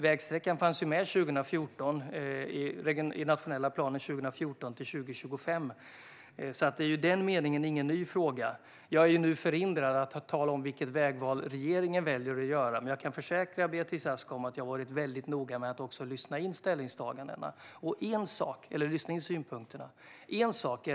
Vägsträckan fanns alltså med i den nationella planen för 2014-2025. Det är i den meningen ingen ny fråga. Jag är nu förhindrad att tala om vilket vägval regeringen kommer att göra, men jag kan försäkra Beatrice Ask om att jag har varit noga med att lyssna in synpunkterna.